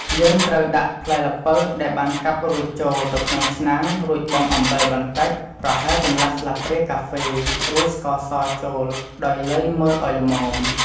យើងត្រូវដាក់ផ្លែល្ពៅដែលបានកាប់រួចចូលទៅក្នុងឆ្នាំង រួចបង់អំបិលបន្តិច ប្រហែលកន្លះស្លាបព្រាកាហ្វេ រួចស្ករសចូល ដោយលៃមើលឱ្យល្មម។។